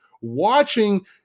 watching